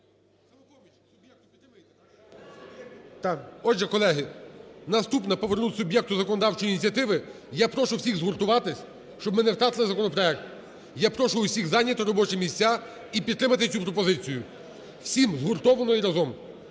Отже, колеги, наступне повернути суб'єкту законодавчої ініціативи. Я прошу всіх згуртуватись, щоб ми не втратили законопроект. Я прошу усіх зайняти робочі місця і підтримати цю пропозицію. Всім згуртовано і разом.